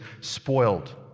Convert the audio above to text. spoiled